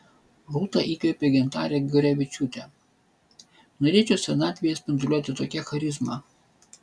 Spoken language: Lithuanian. rūta įkvėpė gintarę gurevičiūtę norėčiau senatvėje spinduliuoti tokia charizma